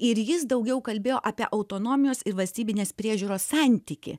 ir jis daugiau kalbėjo apie autonomijos ir valstybinės priežiūros santykį